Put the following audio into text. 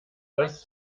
dass